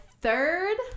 third